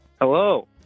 Hello